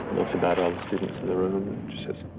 looks about all the students in the room and just says,